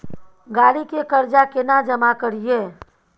गाड़ी के कर्जा केना जमा करिए?